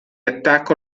attacco